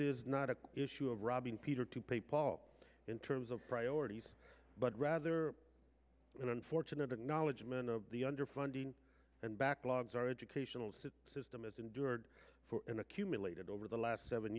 is not a issue of robbing peter to pay paul in terms of priorities but rather an unfortunate acknowledgement of the underfunding and backlogs our educational system system has endured in accumulated over the last seven